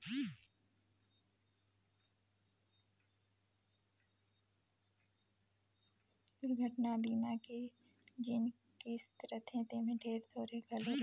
दुरघटना बीमा के जेन किस्त रथे तेम्हे ढेरे थोरहें घलो रहथे